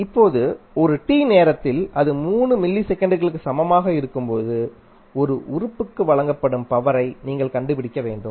இப்போது ஒரு t நேரத்தில் அது 3 மில்லி செகண்ட்களுக்கு சமமாக இருக்கும் போது ஒரு உறுப்புக்கு வழங்கப்படும் பவர் யை நீங்கள் கண்டுபிடிக்க வேண்டும்